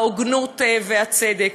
ההוגנות והצדק.